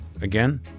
again